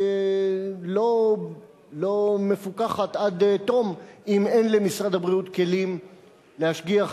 לא מפוקחת עד תום אם אין למשרד הבריאות כלים להשגיח,